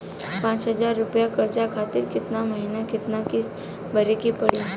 पचास हज़ार रुपया कर्जा खातिर केतना महीना केतना किश्ती भरे के पड़ी?